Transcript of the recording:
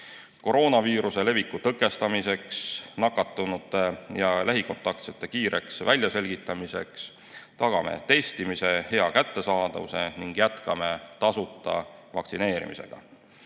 Koroonaviiruse leviku tõkestamiseks, nakatunute ja lähikontaktsete kiireks väljaselgitamiseks tagame testimise hea kättesaadavuse ning jätkame tasuta vaktsineerimist.